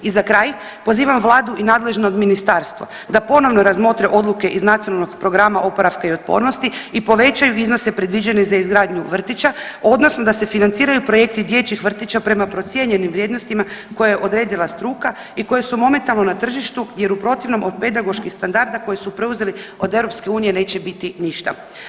I za kraj pozivam vladu i nadležno ministarstvo da ponovo razmotre odluke iz Nacionalnog programa oporavka i otpornosti i povećaju iznose predviđene za izgradnju vrtića odnosno da se financiraju projekti dječjih vrtića prema procijenjenim vrijednostima koje je odredila struka i koje su momentalno na tržištu jer u protivnom od pedagoških standarda koje su preuzeli od EU neće biti ništa.